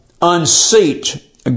unseat